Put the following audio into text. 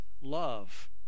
love